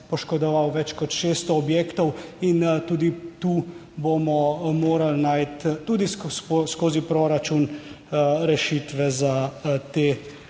poškodoval več kot 600 objektov, in tudi tu bomo morali najti tudi skozi proračun rešitve za te težave.